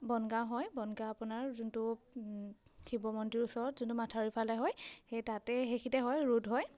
বনগাঁও হয় বনগাঁও আপোনাৰ যোনটো শিৱ মন্দিৰ ওচৰত যোনটো মাথাউৰিৰফালে হয় সেই তাতেই সেইখিনিতে হয় ৰোড হয়